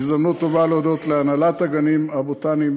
זו הזדמנות טובה להודות למועצת הגנים הבוטניים,